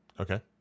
Okay